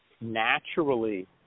naturally